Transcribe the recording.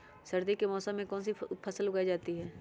सर्दी के मौसम में कौन सी फसल उगाई जाती है?